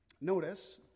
Notice